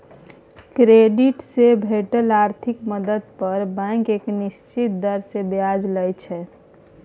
credit से भेटल आर्थिक मदद पर बैंक एक निश्चित दर से ब्याज लइ छइ